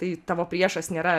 tai tavo priešas nėra